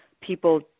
people